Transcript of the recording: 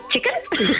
chicken